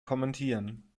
kommentieren